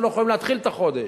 שלא יכולות להתחיל את החודש?